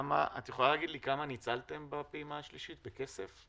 את יכולה להגיד לי כמה ניצלתם בפעימה השלישית בכסף,